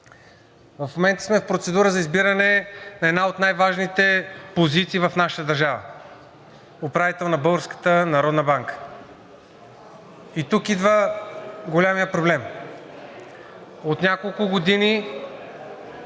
В момента сме в процедура за избиране на една от най-важните позиции в нашата държава – управител на Българската народна банка, и тук идва големият проблем. От няколко години